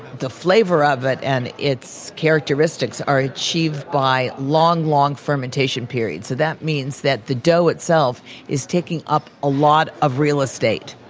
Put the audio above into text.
the flavor of it and its characteristics are achieved by long, long fermentation periods. so that means that the dough itself is taking up a lot of real estate.